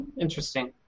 Interesting